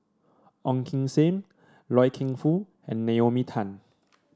Ong Kim Seng Loy Keng Foo and Naomi Tan